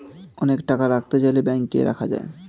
অনেক টাকা রাখতে চাইলে ব্যাংকে রাখা যায়